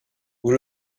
vous